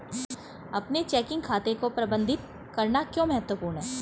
अपने चेकिंग खाते को प्रबंधित करना क्यों महत्वपूर्ण है?